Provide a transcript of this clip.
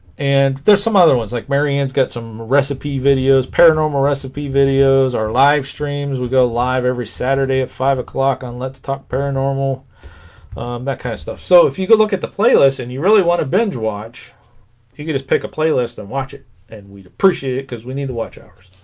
and there's some other ones like mary ann's got some recipe videos paranormal recipe videos our live streams we go live every saturday at five o'clock on let's talk paranormal that kind of stuff so if you could look at the playlist and you really want a binge watch you can just pick a playlist and watch watch it and we'd appreciate it because we need to watch ours